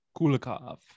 Kulikov